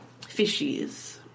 fishies